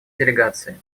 делегации